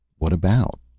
what about?